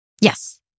Yes